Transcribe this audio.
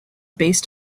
based